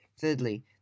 Thirdly